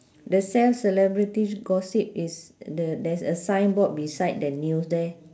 the sell celebrity gossip is the there's a signboard beside the news there